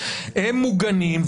הם מוגנים,